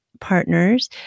partners